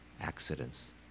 accidents